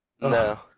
No